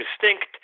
distinct